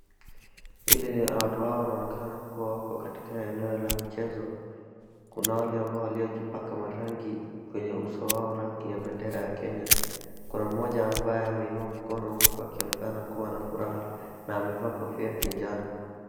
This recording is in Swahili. Ili watu hawa inaonekana kuwa katika eneo la michezo, kuna wale ambao waliojipaka marangi kwenye uso wao rangi ya bendera ya Kenya, kuna mmoja ambaye ameinua mkono huku akionekana kuwa na furaha na amevaa kofia ya kinjano.